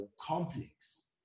complex